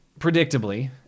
predictably